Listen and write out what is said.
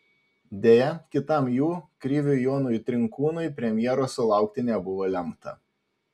deja kitam jų kriviui jonui trinkūnui premjeros sulaukti nebuvo lemta